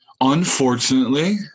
unfortunately